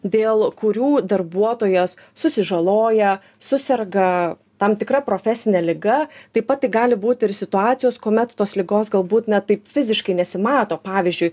dėl kurių darbuotojas susižaloja suserga tam tikra profesine liga taip pat tai gali būti ir situacijos kuomet tos ligos galbūt na taip fiziškai nesimato pavyzdžiui